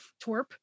twerp